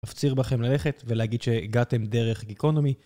אפציר בכם ללכת ולהגיד שהגעתם דרך גיקונומי